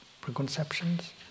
preconceptions